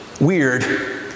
Weird